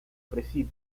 preside